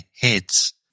heads